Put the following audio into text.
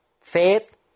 faith